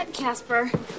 Casper